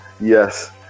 yes